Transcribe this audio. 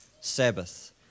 Sabbath